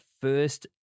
first